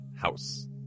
house